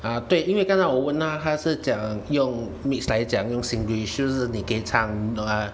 啊对因为刚才我问他他是讲用 mix 来讲用 singlish 就是你可以掺你懂吗